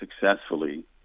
successfully